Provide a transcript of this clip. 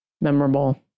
memorable